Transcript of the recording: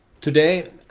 Today